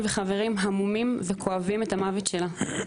וחברים המומים וכואבים את המוות שלה.